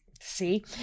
See